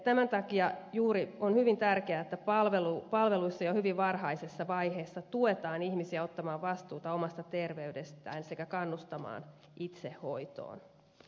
tämän takia juuri on hyvin tärkeää että palveluissa jo hyvin varhaisessa vaiheessa tuetaan ihmisiä ottamaan vastuuta omasta terveydestään sekä kannustetaan itsehoitoon